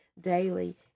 daily